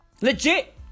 Legit